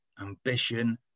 ambition